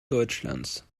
deutschlands